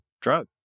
drug